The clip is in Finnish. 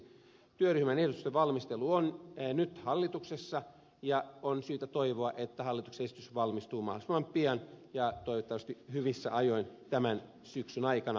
työryhmän ehdotusten valmistelu on nyt hallituksessa ja on syytä toivoa että hallituksen esitys valmistuu mahdollisimman pian ja toivottavasti hyvissä ajoin tämän syksyn aikana